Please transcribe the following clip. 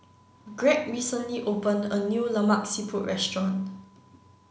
Gregg recently opened a new Lemak Siput restaurant